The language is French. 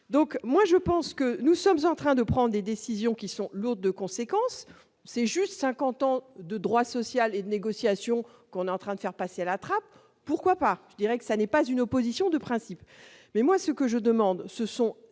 donc moi je pense que nous sommes en train de prendre des décisions qui sont lourdes de conséquences, c'est juste 50 ans de droit social et négociation qu'on est en train de faire passer à la trappe, pourquoi pas, je dirais que ça n'est pas une opposition de principe, mais moi ce que je demande, ce sont